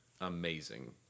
amazing